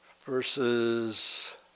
verses